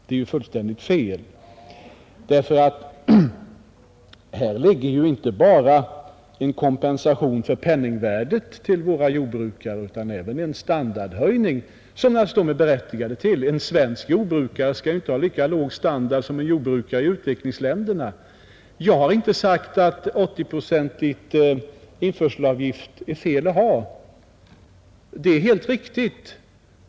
Det är ju fullständigt fel, därför att här ligger inte bara en kompensation till jordbrukarna för penningvärdeförsämringen utan även en standardhöjning, som de naturligtvis är berättigade till. En svensk jordbrukare skall inte ha lika låg standard som jordbrukare i utvecklingsländerna. Jag har inte sagt att det är fel att ha en 80-procentig införselavgift. Det är helt riktigt.